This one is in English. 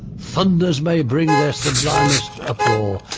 thunders may bring their sublimest uproar,